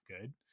good